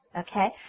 okay